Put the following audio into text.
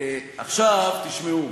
עכשיו, תשמעו: